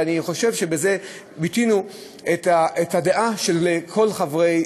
ואני חושב שבזה ביטאנו את הדעה של כל חברי